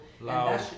Loud